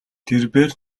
тэрбээр